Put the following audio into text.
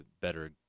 better